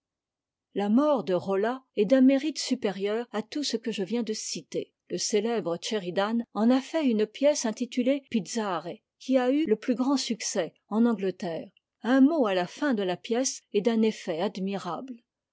la a or de rolla est d'un mérite supérieur à tout ce que je viens de citer le célèbre shéridan en a fait une pièce intitu éep mte qui a eu le plus grand succès en angleterre un mot à a fin de la pièce est d'un effet admirable